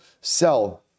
sell